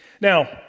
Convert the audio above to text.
Now